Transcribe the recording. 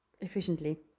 efficiently